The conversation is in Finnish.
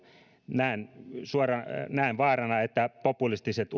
näen vaarana että populistiset